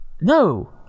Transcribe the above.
no